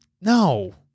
No